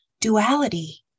duality